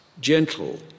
gentle